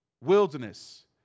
wilderness